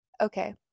okay